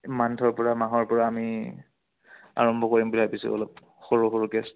এই মান্থৰপৰা মাহৰপৰা আমি আৰম্ভ কৰিম বুলি ভাবিছোঁ অলপ সৰু সৰু